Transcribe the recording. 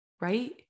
right